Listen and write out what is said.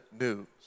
news